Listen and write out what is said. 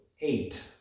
eight